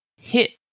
hit